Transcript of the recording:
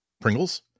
pringles